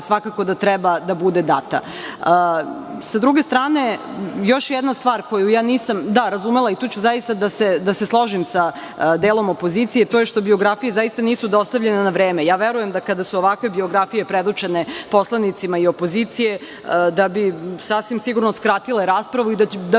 svakako da treba da bude data.S druge strane, još jedna stvar koju nisam razumela i tu ću zaista da se složim sa delom opozicije, to je što biografije zaista nisu dostavljene na vreme. Verujem, da kada su ovakve biografije predočene poslanicima i opozicije, da bi sasvim sigurno skratile raspravu i da